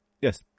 Yes